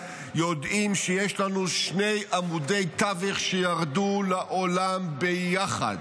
אנחנו יודעים שיש לנו שני עמודי תווך שירדו לעולם ביחד: